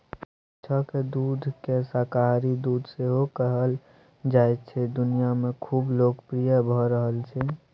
गाछक दुधकेँ शाकाहारी दुध सेहो कहल जाइ छै दुनियाँ मे खुब लोकप्रिय भ रहल छै